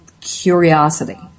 curiosity